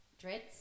dreads